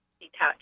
detached